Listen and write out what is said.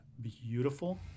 beautiful